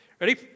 Ready